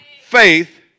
Faith